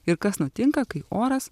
ir kas nutinka kai oras